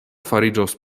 fariĝos